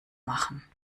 machen